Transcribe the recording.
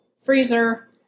freezer